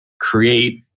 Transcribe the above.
create